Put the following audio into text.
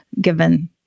given